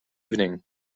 evening